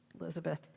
Elizabeth